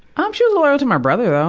um, she was loyal to my brother,